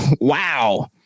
wow